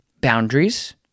boundaries